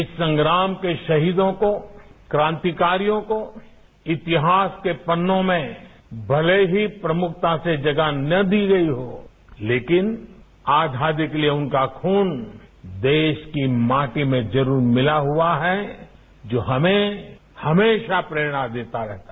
इस संग्राम के शहीदों को क्रांतिकारियों को इतिहास के पन्नों में भले ही प्रमुखता से जगह न दी गई हो लेकिन आजादी के लिए उनका खून देश की माटी में जरूर मिला हुआ है जो हमें हमेशा प्रेरणा देता रहेगा